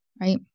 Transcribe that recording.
right